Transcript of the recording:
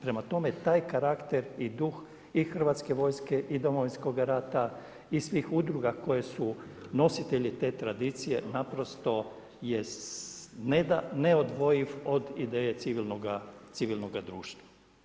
Prema tome, taj karakter i dug i Hrvatske vojske i Domovinskoga rata i svih udruga koji su nositelji te tradicije je neodvojiv od ideje civilnoga društva.